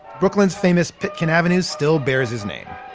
brooklyn's famous pitkin avenue still bears his name.